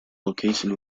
location